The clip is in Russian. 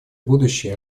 будущее